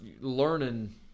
learning